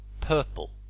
Purple